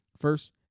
First